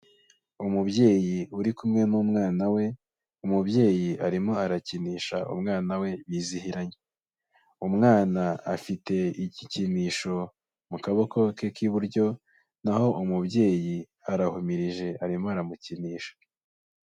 Umubyeyi uri kumwe n'umwana we; umubyeyi arimo arakinisha umwana we bizihiranye. Umwana afite igikinisho mu kaboko ke k'iburyo, naho umubyeyi arahumirije arimo aramukinisha.